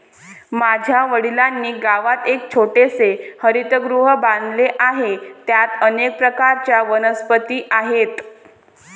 माझ्या वडिलांनी गावात एक छोटेसे हरितगृह बांधले आहे, त्यात अनेक प्रकारच्या वनस्पती आहेत